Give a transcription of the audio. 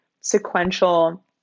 sequential